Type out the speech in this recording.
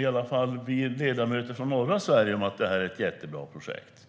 i alla fall vi ledamöter från norra Sverige är överens om att det här är ett jättebra projekt.